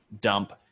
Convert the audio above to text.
dump